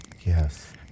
yes